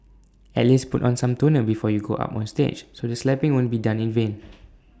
at least put on some toner before you go up on stage so the slapping wouldn't be done in vain